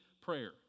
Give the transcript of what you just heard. prayer